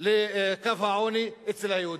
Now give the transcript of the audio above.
לקו העוני אצל היהודים.